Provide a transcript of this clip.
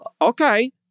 Okay